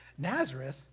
Nazareth